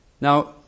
Now